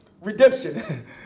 redemption